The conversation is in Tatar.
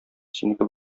синеке